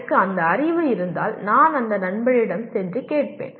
எனக்கு அந்த அறிவு இருந்தால் நான் அந்த நண்பரிடம் சென்று கேட்பேன்